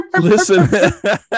Listen